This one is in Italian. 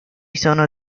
sono